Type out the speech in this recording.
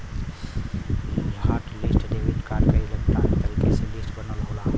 hot list debit card क electronic तरीके से लिस्ट बनल होला